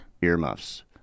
Earmuffs